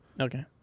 Okay